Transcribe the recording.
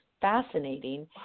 fascinating